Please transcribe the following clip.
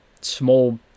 small